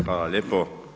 Hvala lijepo.